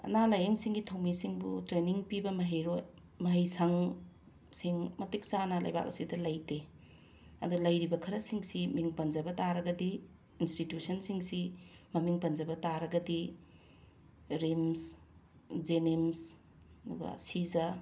ꯑꯅꯥ ꯂꯥꯌꯦꯡꯁꯤꯡꯒꯤ ꯊꯧꯃꯤꯁꯤꯡꯕꯨ ꯇ꯭ꯔꯦꯅꯤꯡ ꯄꯤꯕ ꯃꯍꯩꯔꯣꯏ ꯃꯍꯩꯁꯪꯁꯤꯡ ꯃꯇꯤꯛ ꯆꯥꯅ ꯂꯩꯕꯥꯛ ꯑꯁꯤꯗ ꯂꯩꯇꯦ ꯑꯗꯣ ꯂꯩꯔꯤꯕ ꯈꯔꯁꯤꯡꯁꯤ ꯃꯤꯡ ꯄꯟꯖꯕ ꯇꯥꯔꯒꯗꯤ ꯏꯟꯁꯇꯤꯇ꯭ꯌꯦꯁꯟꯁꯤꯡꯁꯤ ꯃꯃꯤꯡ ꯄꯟꯖꯕ ꯇꯥꯔꯒꯗꯤ ꯔꯤꯝꯁ ꯖꯦꯅꯤꯝꯁ ꯑꯗꯨꯒ ꯁꯤꯖ